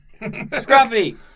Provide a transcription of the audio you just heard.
Scruffy